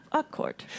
accord